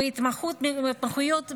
בהתמחויות מגוונות,